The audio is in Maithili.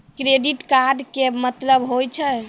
क्रेडिट कार्ड के मतलब होय छै?